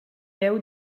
jeu